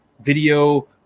video